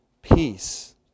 Peace